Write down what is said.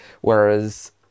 Whereas